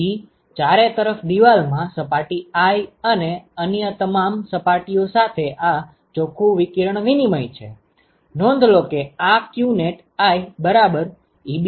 તેથી ચારે તરફ દીવાલ માં સપાટી i અને અન્ય તમામ સપાટીઓ સાથે આ ચોખ્ખુ વિકિરણ વિનિમય છે